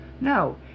no